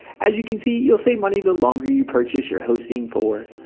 as you can see you'll save money the longer, you purchase your hosting for.